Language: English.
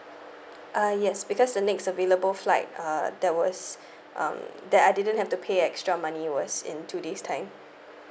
uh yes because the next available flight uh that was um that I didn't have to pay extra money was in two days' time